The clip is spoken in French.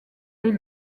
les